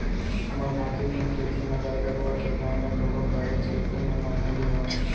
हमर भारतीय संस्कृति म गाय गरुवा के दान ल घलोक काहेच के पुन्य माने गे हावय